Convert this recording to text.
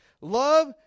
love